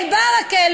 אל-ברכה.